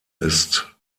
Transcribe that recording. ist